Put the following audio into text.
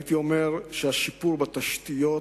הייתי אומר שהשיפור בתשתיות,